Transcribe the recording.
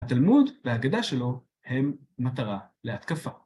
התלמוד והאגדה שלו הם מטרה להתקפה.